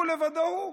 הוא לבדו הוא.